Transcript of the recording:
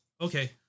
Okay